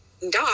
dog